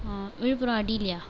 Villupuram அடிலையா